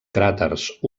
cràters